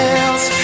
else